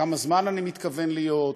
כמה זמן אני מתכוון להיות,